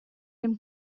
dem